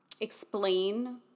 explain